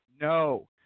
No